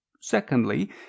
secondly